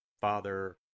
Father